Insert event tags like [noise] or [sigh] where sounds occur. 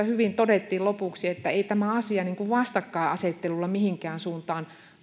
[unintelligible] hyvin todettiin lopuksi että ei tämä asia vastakkainasettelulla mihinkään suuntaan